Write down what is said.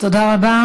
תודה רבה.